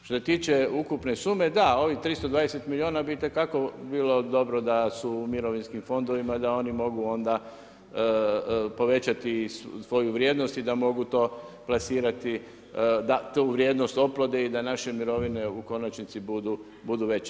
Što se tiče ukupne sume, da, ovih 320 milijuna bi itekako bilo dobro da su u mirovinskim fondovima da oni mogu onda povećati svoju vrijednost i da mogu to plasirati da tu vrijednost oplode i da naše mirovine u konačnici budu veće.